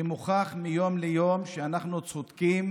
זה מוכח מיום ליום שאנחנו צודקים